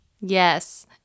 Yes